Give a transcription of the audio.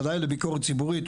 בוודאי לביקורת ציבורית,